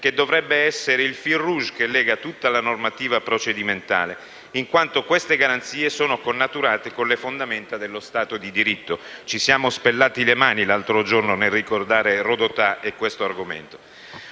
che dovrebbe essere il *fil rouge* che lega tutta la normativa procedimentale in quanto queste garanzie sono connaturate con le fondamenta dello Stato di diritto (ci siamo spellati le mani l'altro giorno nel ricordare Rodotà e questo argomento).